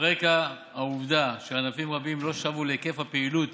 על רקע העובדה שענפים רבים לא שבו להיקף הפעילות